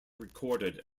recorded